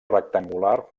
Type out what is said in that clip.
rectangular